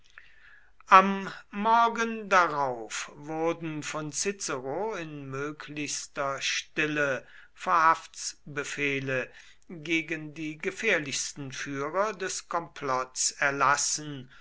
am morgen darauf wurden von cicero in möglichster stille verhaftsbefehle gegen die gefährlichsten führer des komplotts erlassen